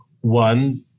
One